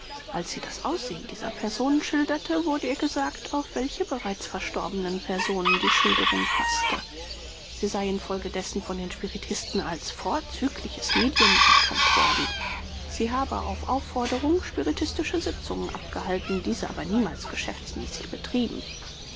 als sie das aussehen dieser personen schilderte wurde ihr gesagt auf welche bereits verstorbenen personen die schilderung paßte sie sei infolgedessen von den spiritisten als vorzügliches medium erkannt worden sie habe auf auffordern spiritistische sitzungen abgehalten diese aber niemals geschäftsmäßig betrieben